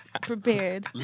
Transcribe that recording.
prepared